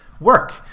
work